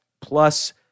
plus